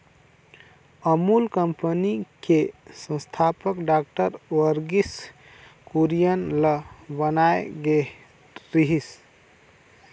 Amul company के संस्थापक doctor Verghese Kurien ल बनाए गे रिहिस